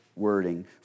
wording